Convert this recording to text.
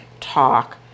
talk